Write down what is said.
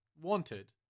wanted